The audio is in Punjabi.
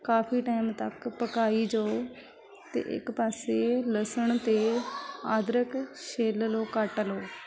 ਕਾਫੀ ਟਾਇਮ ਤੱਕ ਪਕਾਈ ਜਾਓ ਅਤੇ ਇੱਕ ਪਾਸੇ ਲਸਣ ਅਤੇ ਅਦਰਕ ਛਿੱਲ ਲਓ ਕੱਟ ਲਓ